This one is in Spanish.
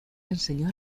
enseñó